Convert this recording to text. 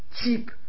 cheap